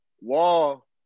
Wall